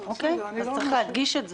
צריך להדגיש את זה.